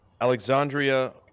Alexandria